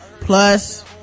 plus